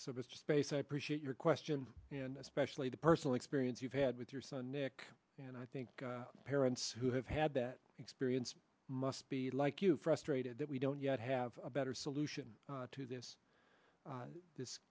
services space i appreciate your question especially the personal experience you've had with your son nick and i think parents who have had that experience must be like you frustrated that we don't yet have a better solution to this this